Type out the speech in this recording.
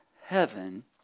heaven